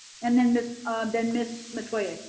and then miss then miss metoyer.